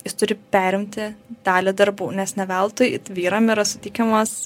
jis turi perimti dalį darbų nes ne veltui it vyram yra suteikiamos